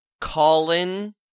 Colin